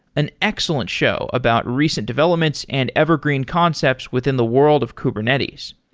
and excellent show about recent developments and evergreen concepts within the world of kubernetes.